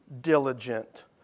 diligent